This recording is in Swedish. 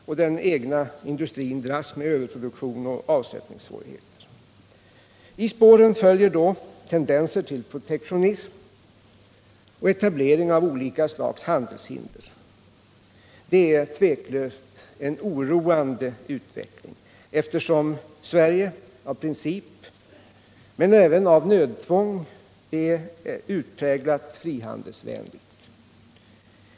Och den egna industrin dras med överproduktion och avsättningssvårigheter. I spåren följer då tendenser till protektionism och etablering av olika slags handelshinder. Detta är utan tvivel en oroande utveckling, eftersom Sverige av princip, men även av nödtvång, är utpräglat frihandelsvänligt.